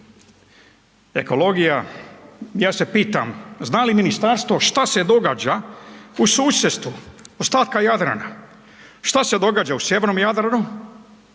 ekologija, ja se pitam zna li ministarstvo šta se događa u susjedstvu ostatka Jadrana? Šta se događa u sjevernom Jadranu